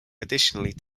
additionally